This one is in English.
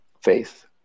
faith